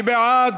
מי בעד?